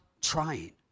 trying